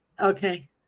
Okay